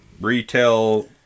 retail